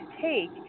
take